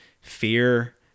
fear